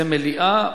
זה מליאה.